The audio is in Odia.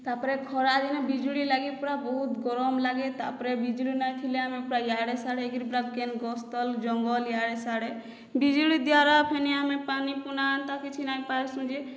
ତା ପରେ ଖରାଦିନେ ବିଜୁଳି ଲାଗି ପୁରା ବହୁତ ଗରମ ଲାଗେ ତା ପରେ ବିଜୁଳି ନାହିଁ ଥିଲେ ଆମେ ପୁରା ଇଆଡ଼େ ସିଆଡ଼େ ହୋଇକି ପୁରା କେନ୍ ଗସ୍ତଲ ଜଙ୍ଗଲ ଇଆଡ଼େ ସିଆଡ଼େ ବିଜୁଳି ଦ୍ୱାରା ଫେନି ଆମେ ପାନି ପୁନା ହେନ୍ତା କିଛି ନାହିଁ ପାଏସୁଁ ଯେ